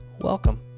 Welcome